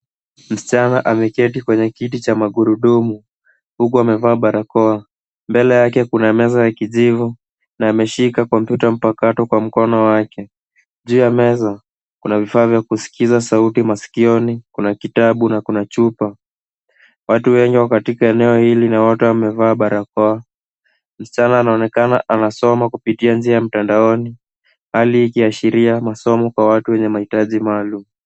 Msichana ameketi kwenye kiti cha magurudumu huku amevaa barakoa mbele yake kuna meza ya kijivu na ameshika kompyuta mpakato kwa mkono wake juu ya meza kuna vifaa vya kuskiza sauti maskioni kuna kitabu na kuna chupa. Watu wengi wako katika eneo hili na wote wamevaa barakoa . Msichana anaonekana anasoma kupitia njia ya mtandaoni hali hii ikiashiria masomo kwenye watu wenye mahitaji maalum.